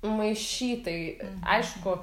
maišytai aišku